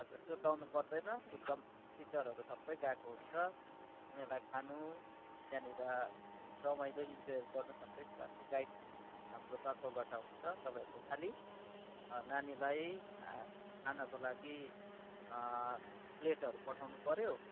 हजुर सुर्ताउनु पर्दैन एकदम टिचरहरू सबै गएको हुन्छ उनीहरूलाई खानु त्यहाँनिर रमाइलो इन्जोयहरू सबै कुराको गाइड हाम्रो तर्फबाट हुन्छ तपाईँहरूले खाली नानीलाई खानको लागि प्लेटहरू पठाउनु पऱ्यो